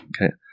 Okay